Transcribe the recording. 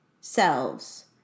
selves